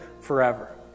forever